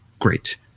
great